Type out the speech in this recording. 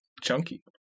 Chunky